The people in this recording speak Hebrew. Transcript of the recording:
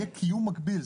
יהיה קיום מקביל,